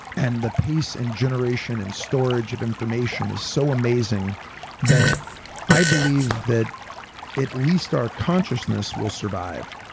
and the pace and generation and storage of information is so amazing that i believe that at least our consciousness will survive,